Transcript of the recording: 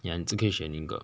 ya 你只可以选一个